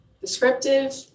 descriptive